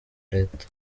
leta